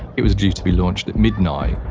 it was due to be launched at midnight,